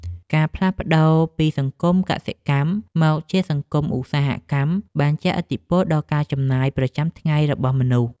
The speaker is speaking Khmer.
ការផ្លាស់ប្ដូរពីសង្គមកសិកម្មមកជាសង្គមឧស្សាហកម្មបានជះឥទ្ធិពលដល់ការចំណាយប្រចាំថ្ងៃរបស់មនុស្ស។